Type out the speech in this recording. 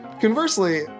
Conversely